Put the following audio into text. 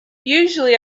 usually